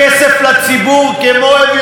אלא להשקיע בתשתית.